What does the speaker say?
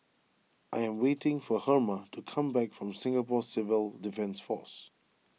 I am waiting for Herma to come back from Singapore Civil Defence force